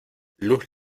luz